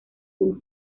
unos